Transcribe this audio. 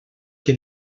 que